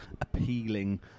appealing